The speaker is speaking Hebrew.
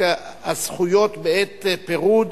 (זכויות בעת פירוד),